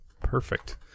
Perfect